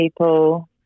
people